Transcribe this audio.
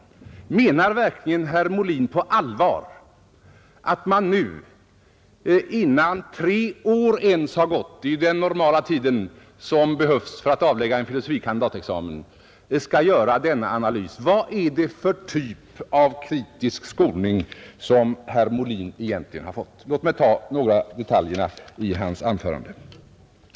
Menar verkligen herr Molin på allvar att vi nu, innan ens tre år har gått — det är ju den normala tid som behövs för att avlägga en filosofie kandidatexamen — skall göra denna analys? Vad är det för typ av kritisk skolning som herr Molin egentligen har fått? Låt mig ta upp några detaljer i herr Molins anförande!